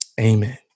Amen